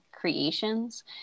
creations